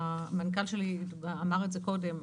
המנכ"ל שלי אמר את זה קודם,